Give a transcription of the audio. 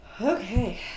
Okay